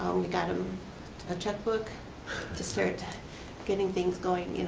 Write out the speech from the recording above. we got him a cheque book to start getting things going,